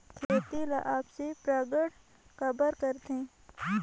खेती ला आपसी परागण काबर करथे?